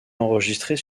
enregistrés